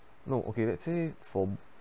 no okay lets say from